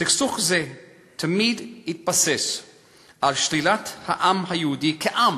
סכסוך זה תמיד התבסס על שלילת העם היהודי כעם